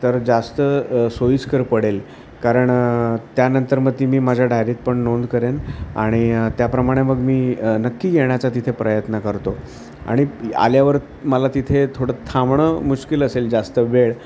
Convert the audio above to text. तर जास्त सोयीस्कर पडेल कारण त्यानंतर मग ती मी माझ्या डायरीत पण नोंद करेन आणि त्याप्रमाणे मग मी नक्की येण्याचा तिथे प्रयत्न करतो आणि आल्यावर मला तिथे थोडं थांबणं मुश्किल असेल जास्त वेळ